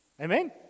Amen